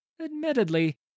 Admittedly